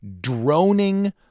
droning